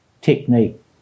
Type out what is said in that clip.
technique